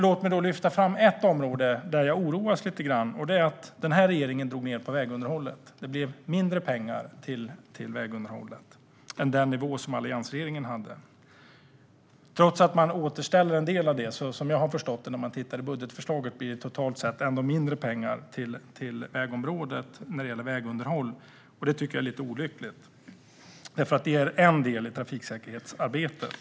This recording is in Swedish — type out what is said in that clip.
Låt mig lyfta fram ett område som jag är lite orolig över. Den här regeringen har dragit ned på vägunderhållet. Det har blivit mindre pengar till vägunderhåll jämfört med den nivå som alliansregeringen hade. Trots att man återställer en del av det blir det totalt sett mindre pengar till vägområdet när det gäller vägunderhåll - som jag har förstått det utifrån budgetförslaget. Det är lite olyckligt. Det är nämligen en del i trafiksäkerhetsarbetet.